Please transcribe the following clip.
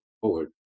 forward